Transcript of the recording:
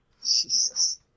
Jesus